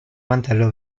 mantello